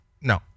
No